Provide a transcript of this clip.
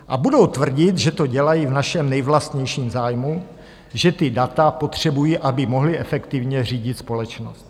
A budou tvrdit, že to dělají v našem nejvlastnějším zájmu, že ta data potřebují, aby mohli efektivně řídit společnost.